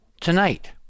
Tonight